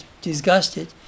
disgusted